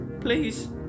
Please